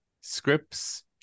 scripts